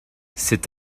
cet